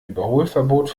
überholverbot